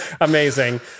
amazing